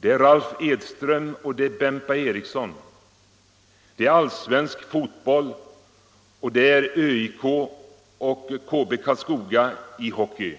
Det är Ralf Edström och det är Bempa Eriksson, det är allsvensk fotboll och det är ÖIK och KB Karlskoga i hockey.